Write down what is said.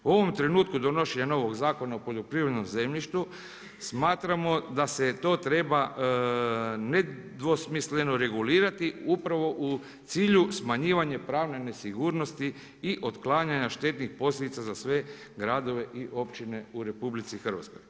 U ovom trenutku donošenja novog Zakona o poljoprivrednom zemljištu, smatram da se to treba nedvosmisleno regulirati upravo u cilju smanjivanja pravne nesigurnosti i otklanjanja štetnih posljedica za sve gradove i općine u RH.